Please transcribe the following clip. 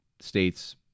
states